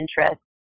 interest